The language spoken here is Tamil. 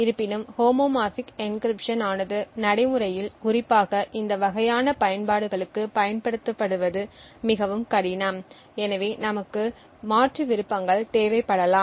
இருப்பினும் ஹோமோமார்பிக் எனகிரிப்ட்ஷன் ஆனது நடைமுறையில் குறிப்பாக இந்த வகையான பயன்பாடுகளுக்கு பயன்படுத்துவது மிகவும் கடினம் எனவே நமக்கு மாற்று விருப்பங்கள் தேவைப்படலாம்